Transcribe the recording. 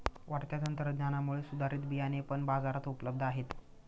वाढत्या तंत्रज्ञानामुळे सुधारित बियाणे पण बाजारात उपलब्ध आहेत